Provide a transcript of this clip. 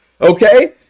okay